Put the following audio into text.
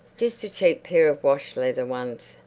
just a cheap pair of wash-leather ones,